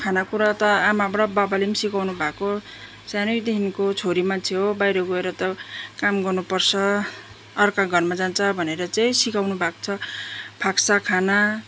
खानेकुरा त आमा र बाबाले पनि सिकाउनु भएको सानैदेखिको छोरी मान्छे हो बाहिर गएर त काम गर्नु पर्छ अर्काको घरमा जान्छ भनेर चाहिँ सिकाउनु भएको छ फाक्सा खाना